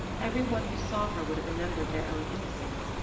every one who saw her would have remembered their own innocence,